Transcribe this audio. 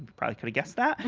probably coulda guessed that,